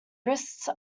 wrists